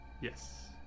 yes